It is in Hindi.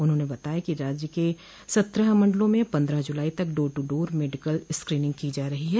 उन्होंने बताया कि राज्य के सत्रह मंडलों में पन्द्रह जुलाई तक door to door medical screening की जा रही है